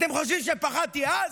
אתם חושבים שפחדתי אז?